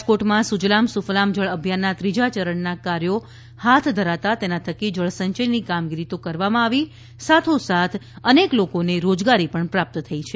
રાજકોટમાં સુજલામ સુફલામ જળઅભિયાનના ત્રીજા ચરણના કાર્યો હાથ ધરાતા તેના થકી જળ સંચયની કામગીરી તો કરવામાં આવી જ સાથોસાથ અનેક લોકોને રોજગારી પણ પ્રાપ્ત થઈ છે